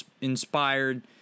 inspired